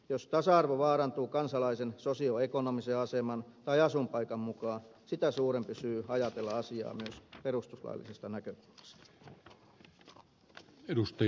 jos tasa arvo vaarantuu kansalaisen sosioekonomisen aseman tai asuinpaikan vuoksi sitä suurempi syy on ajatella asiaa myös perustuslaillisesta näkökulmasta